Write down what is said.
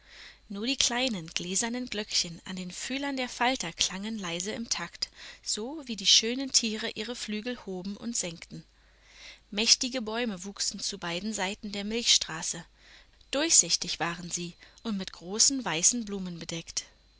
nur die kleinen gläsernen glöckchen an den fühlern der falter klangen leise im takt so wie die schönen tiere ihre flügel hoben und senkten mächtige bäume wuchsen zu beiden seiten der milchstraße durchsichtig waren sie und mit großen weißen blumen bedeckt